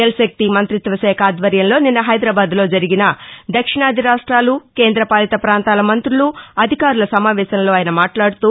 జల్ శక్తి మంతిత్వశాఖ ఆధ్వర్యంలో నిన్న హైదరాబాద్లో జరిగిన దక్షిణాది రాష్ట్రాలు కేంద్ర పాలిత ప్రాంతాల మంగ్రులు అధికారుల సమావేశంలో ఆయన మట్లాడుతూ